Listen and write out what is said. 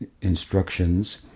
instructions